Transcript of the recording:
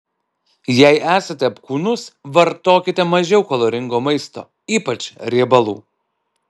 jei esate apkūnus vartokite mažiau kaloringo maisto ypač riebalų